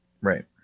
right